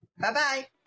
Bye-bye